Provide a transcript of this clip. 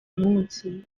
munsi